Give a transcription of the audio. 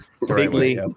Bigly